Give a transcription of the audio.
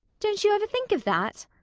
don't you ever think of that?